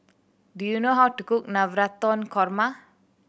do you know how to cook Navratan Korma